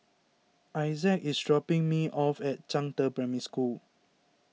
Issac is dropping me off at Zhangde Primary School